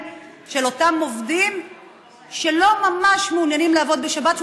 של אותם עובדים שלא ממש מעוניינים לעבוד בשבת,